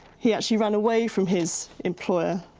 he actually ran away from his employer.